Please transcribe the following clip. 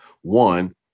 One